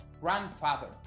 Grandfather